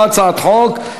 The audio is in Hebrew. לא הצעת חוק.